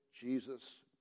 Jesus